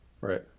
Right